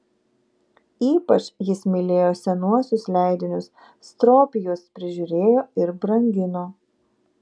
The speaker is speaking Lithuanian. ypač jis mylėjo senuosius leidinius stropiai juos prižiūrėjo ir brangino